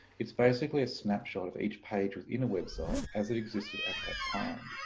it's basically a snapshot of each page within a website as it existed at that time.